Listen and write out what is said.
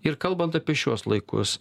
ir kalbant apie šiuos laikus